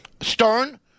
stern